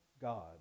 God